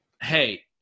Hey